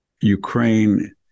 Ukraine